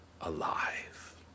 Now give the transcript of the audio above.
alive